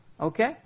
Okay